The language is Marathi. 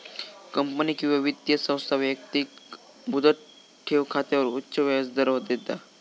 कंपनी किंवा वित्तीय संस्था व्यक्तिक मुदत ठेव खात्यावर उच्च व्याजदर देता